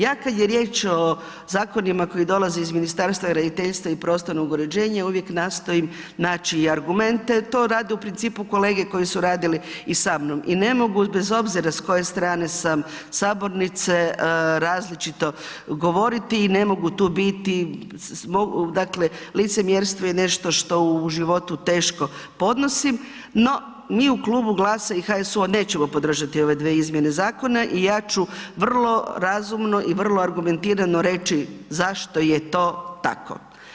Ja kad je riječ o zakonima koji dolaze iz Ministarstva graditeljstva i prostornog uređenja uvijek nastojim naći i argumente, to rade u principu kolege koji su radili sa mnom i ne mogu bez obzira s koje strane sam sabornice, različito govoriti i ne mogu tu biti, dakle licemjerstvo je nešto što u životu teško podnosim no mi u klubu GLAS-a i HSU- nećemo podržati ove dvije izmjene zakona i ja ću vrlo razumno i vrlo argumentirano reći zašto je to tako.